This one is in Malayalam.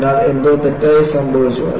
അതിനാൽ എന്തോ തെറ്റായി സംഭവിച്ചു